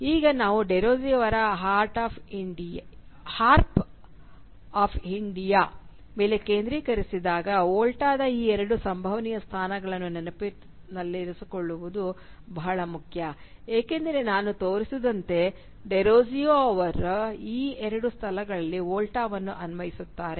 ಮತ್ತು ನಾವು ಡೆರೋಜಿಯೊ ಅವರ "ಹಾರ್ಪ್ ಆಫ್ ಇಂಡಿಯಾ" ದ ಮೇಲೆ ಕೇಂದ್ರೀಕರಿಸಿದಾಗ ವೋಲ್ಟಾದ ಈ ಎರಡು ಸಂಭವನೀಯ ಸ್ಥಾನಗಳನ್ನು ನೆನಪಿನಲ್ಲಿರಿಸಿಕೊಳ್ಳುವುದು ಬಹಳ ಮುಖ್ಯ ಏಕೆಂದರೆ ನಾನು ತೋರಿಸಿದಂತೆ ಡೆರೋಜಿಯೊ ಈ ಎರಡೂ ಸ್ಥಳಗಳಲ್ಲಿ ವೋಲ್ಟಾವನ್ನು ಅನ್ವಯಿಸುತ್ತಾರೆ